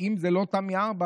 ואם זה לא תמי 4,